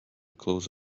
close